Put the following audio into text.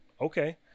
okay